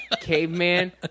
Caveman